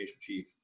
chief